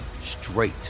straight